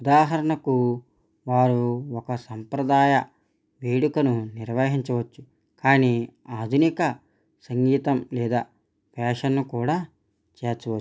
ఉదాహరణకు వారు ఒక సాంప్రదాయ వేడుకను నిర్వహించవచ్చు కానీ ఆధునిక సంగీతం లేదా వేషణ కూడా చేర్చవచ్చు